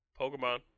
pokemon